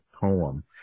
poem